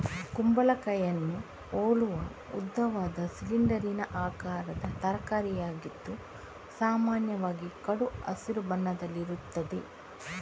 ಕುಂಬಳಕಾಯಿಯನ್ನ ಹೋಲುವ ಉದ್ದವಾದ, ಸಿಲಿಂಡರಿನ ಆಕಾರದ ತರಕಾರಿಯಾಗಿದ್ದು ಸಾಮಾನ್ಯವಾಗಿ ಕಡು ಹಸಿರು ಬಣ್ಣದಲ್ಲಿರ್ತದೆ